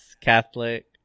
catholic